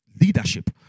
leadership